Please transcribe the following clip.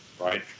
right